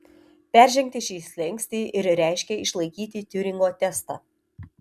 peržengti šį slenkstį ir reiškė išlaikyti tiuringo testą